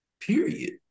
period